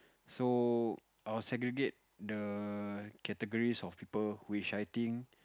so I will segregate the categories of people which I think